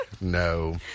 No